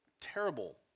Terrible